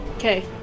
Okay